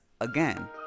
again